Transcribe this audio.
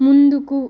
ముందుకు